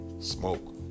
Smoke